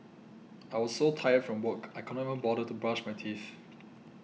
I was so tired from work I could not bother to brush my teeth